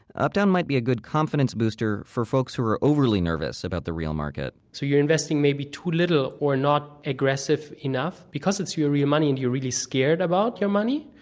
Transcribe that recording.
updown might be a good confidence booster for folks who are overly nervous about the real market. so you're investing maybe too little or not aggressive enough because it's your real money and you're really scared about your money.